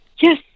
Yes